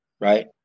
right